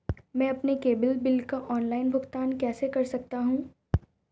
मैं अपने cable bill का ऑनलाइन भुगतान कैसे कर सकता हूं?